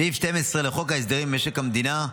סעיף 12 לחוק ההסדרים במשק המדינה,